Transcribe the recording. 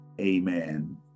amen